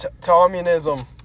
communism